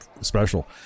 special